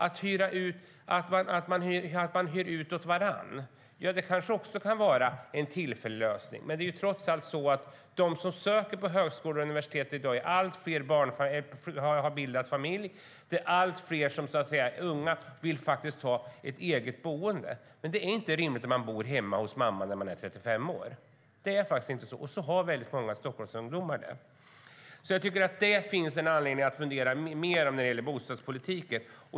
Att hyra ut åt varandra kan vara en tillfällig lösning, men allt fler av dem som i dag söker till högskolor och universitet har bildat familj. Allt fler unga vill ha ett eget boende. Det är inte rimligt att bo hemma hos mamma när man är 35 år. Så har många stockholmsungdomar det. Det finns anledning att fundera mer på bostadspolitiken.